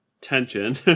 tension